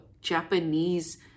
Japanese